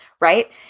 Right